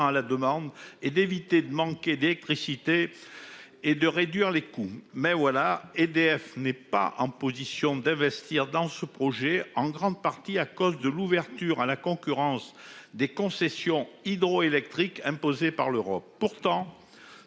à la demande et d'éviter de manquer d'électricité. Et de réduire les coûts. Mais voilà, EDF n'est pas en position d'investir dans ce projet en grande partie à cause de l'ouverture à la concurrence des concessions hydroélectriques imposée par l'Europe, pourtant